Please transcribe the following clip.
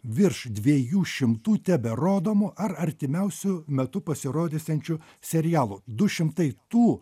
virš dviejų šimtų teberodomų ar artimiausiu metu pasirodysiančių serialų du šimtai tų